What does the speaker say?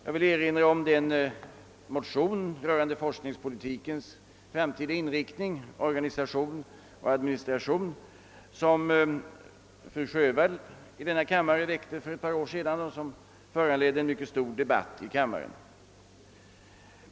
Jag vill därvid erinra om den liknande motion rörande forskningspolitikens framtida inriktning, organisation och administration som fru Sjövall väckte för ett par år sedan och som föranledde en mycket stor debatt här i kammaren.